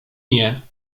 nie